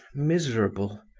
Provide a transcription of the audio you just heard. miserable.